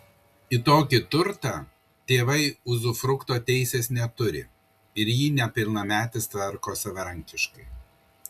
į tokį turtą tėvai uzufrukto teisės neturi ir jį nepilnametis tvarko savarankiškai